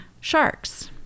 sharks